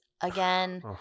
Again